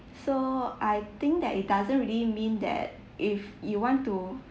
so I think that it doesn't really mean that if you want to